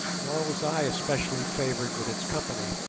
nor was i especially favoured with its company.